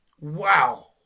Wow